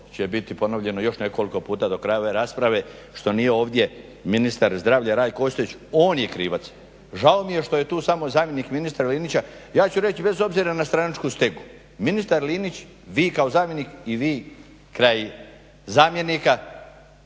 će biti ponovljeno još nekoliko puta do kraja ove rasprave što nije ovdje ministar zdravlja Rajko Ostojić, on je krivac. Žao mije što je tu samo zamjenik ministra Linića, ja ću reći bez obzira na stranačku stegu, ministar Linić vi kao zamjenik i vi kraj zamjenika